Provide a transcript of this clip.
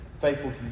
faithful